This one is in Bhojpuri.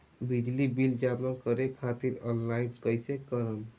बिजली बिल जमा करे खातिर आनलाइन कइसे करम?